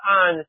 on